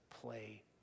play